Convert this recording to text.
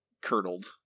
curdled